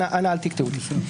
אנא, אל תקטעו אותי.